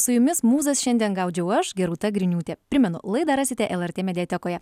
su jumis mūzas šiandien gaudžiau aš gerūta griniūtė primenu laidą rasite lrt mediatekoje